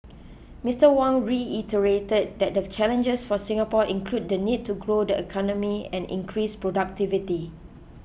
Mister Wong reiterated that the challenges for Singapore include the need to grow the economy and increase productivity